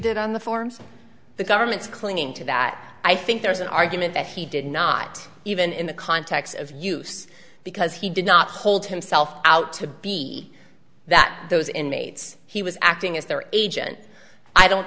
did on the forms the government's clinging to that i think there is an argument that he did not even in the context of use because he did not hold himself out to be that those inmates he was acting as their agent i don't